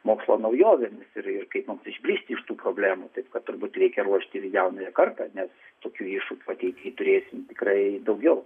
mokslo naujovėmis ir ir kaip mums išbristi iš tų problemų tai kad turbūt reikia ruošti ir jaunąją kartą nes tokių iššūkių ateity turėsim tikrai daugiau